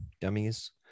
dummies